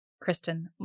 Kristen